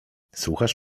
słuchasz